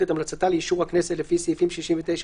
את המלצתה לאישור הכנסת לפי סעיפים 71-69,